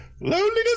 loneliness